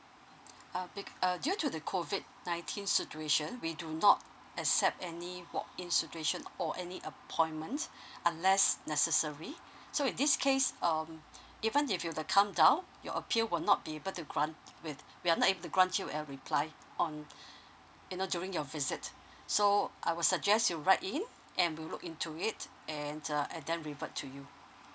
uh be~ uh due to the COVID nineteen situation we do not accept any walk in situation or any appointment unless necessary so in this case um even if you to come down your appeal will not be able to grant with we are not able to grant you a reply on you know during your visit so I will suggest you write in and we'll look into it and uh and then revert to you